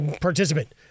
participant